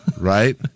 Right